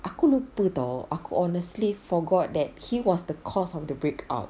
aku lupa [tau] aku honestly forgot that he was the cause of the break up